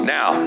Now